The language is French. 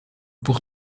pour